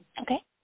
Okay